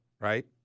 right